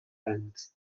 anys